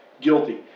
guilty